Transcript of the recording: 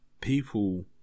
people